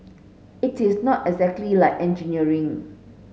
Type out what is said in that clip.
it is not exactly like engineering